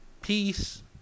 peace